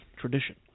tradition